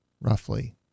roughly